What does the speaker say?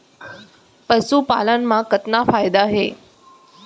पशुपालन मा कतना फायदा हे?